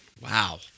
Wow